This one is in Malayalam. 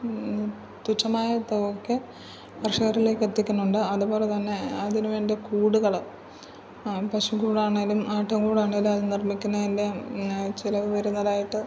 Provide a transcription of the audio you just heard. തുച്ഛമായ തുകയ്ക്ക് കർഷരിലേക്ക് എത്തിക്കുന്നുണ്ട് അതുപോലെത്തന്നെ അതിനുവേണ്ടൾ പശുക്കൂടാണെങ്കിലും ആട്ടിൻകൂടാണെങ്കിലും അത് നിർമ്മിക്കുന്നതിൻറെ ചിലവ് വരുന്നതായിട്ട്